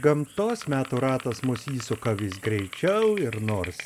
gamtos metų ratas mus įsuka vis greičiau ir nors